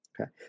okay